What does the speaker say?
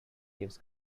gives